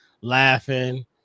laughing